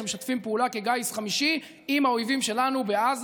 שמשתפים פעולה כגיס חמישי עם האויבים שלנו בעזה,